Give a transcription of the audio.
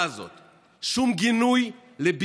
שום גינוי על האמירה הזאת,